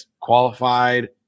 qualified